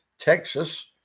Texas